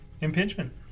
impingement